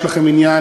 יש לכם עניין